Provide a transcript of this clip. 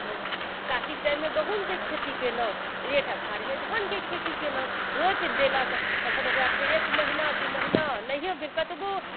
कातिक टाइममे गहुमके खेती केनहुँ जेठ अषाढ़मे धानके खेती केनहुँ रोपि देलक तखन ओकरा फेर एक महीना दू महीना नहियो भेल कतबो